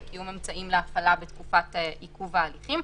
וקיום אמצעים להפעלה בתקופת עיכוב ההליכים.